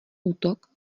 útok